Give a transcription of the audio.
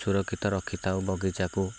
ସୁରକ୍ଷିତ ରଖିଥାଉ ବଗିଚାକୁ